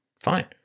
fine